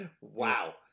Wow